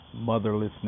motherlessness